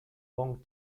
long